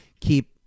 keep